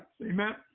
Amen